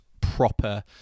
proper